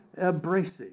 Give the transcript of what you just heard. abrasive